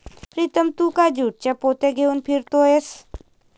प्रीतम तू का ज्यूटच्या पोत्या घेऊन फिरतोयस